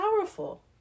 powerful